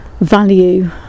value